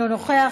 אינו נוכח,